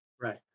Right